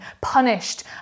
punished